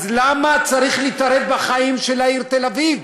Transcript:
אז למה צריך להתערב בחיים של העיר תל-אביב,